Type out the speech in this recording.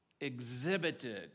exhibited